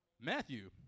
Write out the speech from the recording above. Matthew